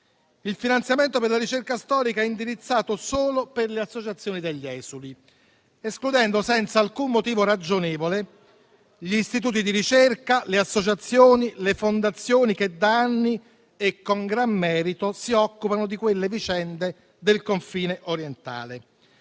il finanziamento per la ricerca storica è indirizzato solo per le associazioni degli esuli, escludendo senza alcun motivo ragionevole gli istituti di ricerca, le associazioni e le fondazioni che, da anni e con gran merito, si occupano delle vicende del confine orientale.